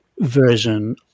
version